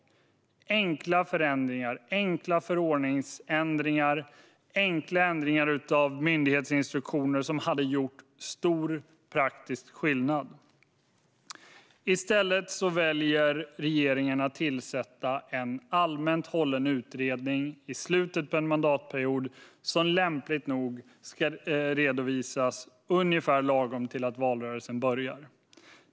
Det handlade om enkla förordningsändringar och enkla ändringar av myndighetsinstruktioner som hade kunnat göra stor praktisk skillnad. I stället väljer regeringen att tillsätta en allmänt hållen utredning i slutet av en mandatperiod, som lämpligt nog ska redovisas ungefär lagom till att valrörelsen börjar.